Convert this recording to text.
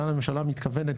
לאן הממשלה מתכוונת,